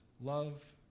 love